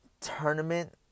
tournament